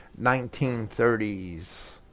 1930s